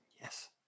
Yes